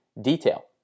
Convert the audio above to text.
detail